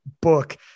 book